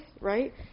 right